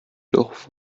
doch